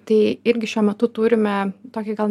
tai irgi šiuo metu turime tokį gal